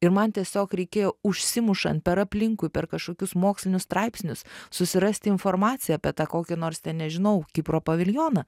ir man tiesiog reikėjo užsimušant per aplinkui per kažkokius mokslinius straipsnius susirasti informaciją apie tą kokį nors ten nežinau kipro paviljoną